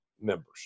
members